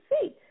see